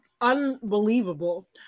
unbelievable